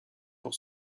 pour